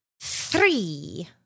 three